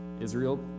Israel